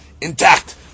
intact